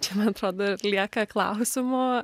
čia man atrodo ir lieka klausimų